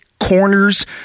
corners